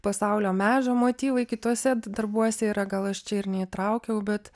pasaulio medžio motyvai kituose darbuose yra gal aš čia ir neįtraukiau bet